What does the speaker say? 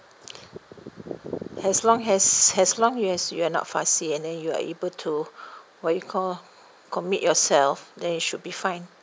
as long as as long as you're not fussy and then you are able to what you call commit yourself then it should be fine